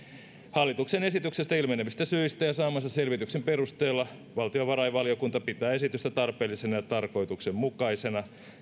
hallituksen esityksestä ilmenevistä syistä ja saamansa selvityksen perusteella valtiovarainvaliokunta pitää esitystä tarpeellisena ja tarkoituksenmukaisena